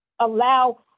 allow